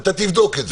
אתה תבדוק את זה.